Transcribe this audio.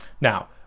Now